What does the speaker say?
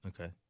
Okay